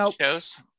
shows